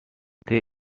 they